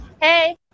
Hey